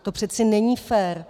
To přece není fér.